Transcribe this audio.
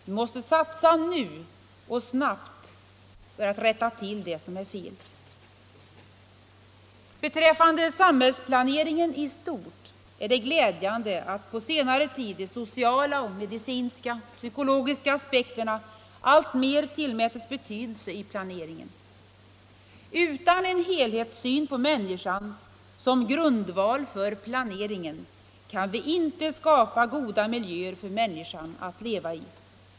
Vi måste satsa nu och snabbt rätta till det som är fel. Vad beträffar samhällsplaneringen i stort är det glädjande att på senare tid de sociala, medicinska och psykologiska aspekterna alltmer tillmätes betydelse i planeringen. Utan en helhetssyn på människan som grundval för planeringen kan vi inte skapa goda miljöer för henne att leva i.